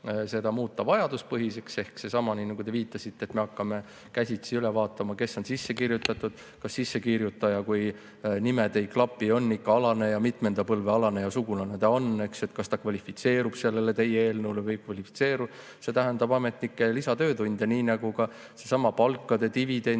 seda muuta vajaduspõhiseks ehk nii, nagu te viitasite, et me hakkame käsitsi üle vaatama, kes on sisse kirjutatud, kas sissekirjutatav, kui nimed ei klapi, on ikka alaneja ja mitmenda põlve alaneja sugulane ta on, kas ta kvalifitseerub sellele teie eelnõule või ei kvalifitseeru, siis see tähendab ametnikele lisatöötunde, nii nagu ka seesama palkade, dividendide